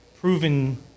proven